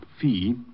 fee